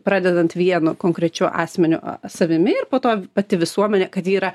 pradedant vienu konkrečiu asmeniu savimi ir po to pati visuomenė kad ji yra